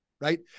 right